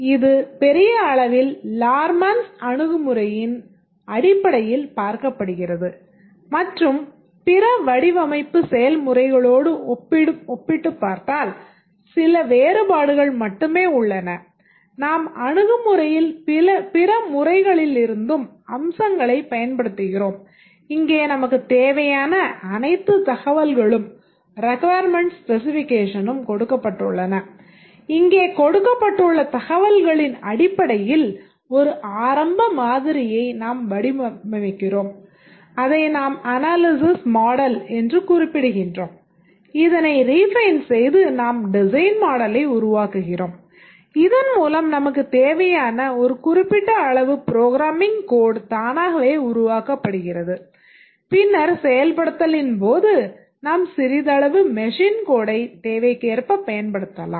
இது பெரிய அளவில் லார்மேன்ஸ் அணுகுமுறையின் தேவைக்கேற்பப் பயன்படுத்தலாம்